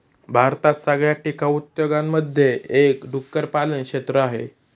भारतात सगळ्यात टिकाऊ उद्योगांमधून एक डुक्कर पालन क्षेत्र आहे